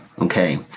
Okay